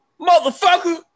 motherfucker